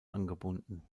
angebunden